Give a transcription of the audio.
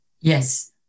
Yes